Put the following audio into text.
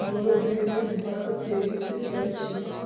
बोड़ो बिजनेस भारतत तेजी से फैल छ